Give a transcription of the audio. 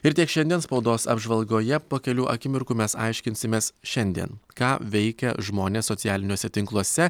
ir tiek šiandien spaudos apžvalgoje po kelių akimirkų mes aiškinsimės šiandien ką veikia žmonės socialiniuose tinkluose